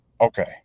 Okay